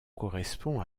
correspond